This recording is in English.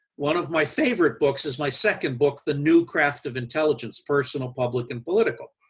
one of my favorite books is my second book the new craft of intelligence personal, public and political.